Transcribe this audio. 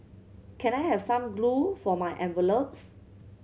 can I have some glue for my envelopes